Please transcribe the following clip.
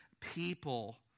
people